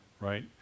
Right